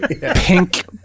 Pink